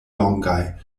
longaj